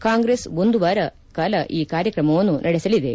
ಕಾಂಗ್ರೆಸ್ ಒಂದು ವಾರ ಕಾಲ ಈ ಕಾರ್ಯಕ್ರಮವನ್ನು ನಡೆಸಲಿವೆ